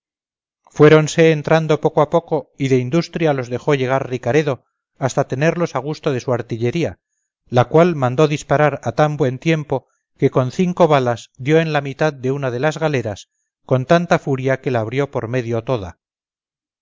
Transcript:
rendirían fuéronse entrando poco a poco y de industria los dejó llegar ricaredo hasta tenerlos a gusto de su artillería la cual mandó disparar a tan buen tiempo que con cinco balas dio en la mitad de una de las galeras con tanta furia que la abrió por medio toda